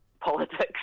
politics